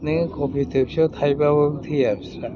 नोङो कबि थोबसेयाव थाइबाबाबो थैया बिसोरहा